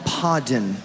pardon